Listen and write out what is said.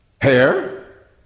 hair